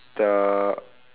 the